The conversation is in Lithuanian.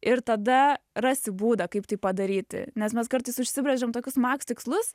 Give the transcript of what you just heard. ir tada rasi būdą kaip tai padaryti nes mes kartais užsibrėžiam tokius max tikslus